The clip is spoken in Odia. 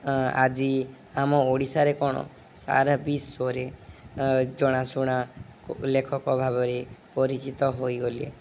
ଆଜି ଆମ ଓଡ଼ିଶାରେ କଣ ସାରା ବିଶ୍ୱରେ ଜଣାଶୁଣା ଲେଖକ ଭାବରେ ପରିଚିତ ହୋଇଗଲେ